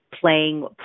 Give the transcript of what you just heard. Playing